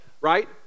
right